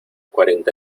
cuarenta